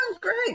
great